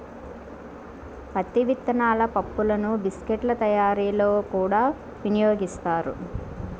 పత్తి విత్తనాల పప్పులను బిస్కెట్ల తయారీలో కూడా వినియోగిస్తారు